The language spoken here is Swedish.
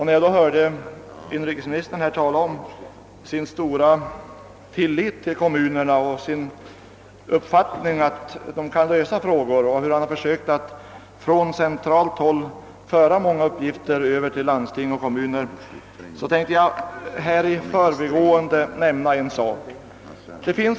När jag hörde inrikesministern tala om sin stora tillit till kommunerna, sin uppfattning att de kan lösa frågor och hur han försökt att från central myndighet överföra många uppgifter till landsting och kommuner kom jag att tänka på en sak som jag vill nämna.